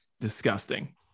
Disgusting